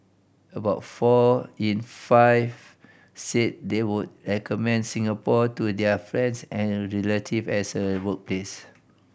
about four in five say they would recommend Singapore to their friends and relative as a workplace